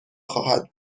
خواهد